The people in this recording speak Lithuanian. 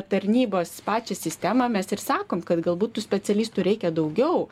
tarnybos pačią sistemą mes ir sakom kad galbūt tų specialistų reikia daugiau